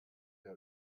der